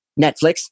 Netflix